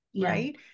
right